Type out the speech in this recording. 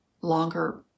longer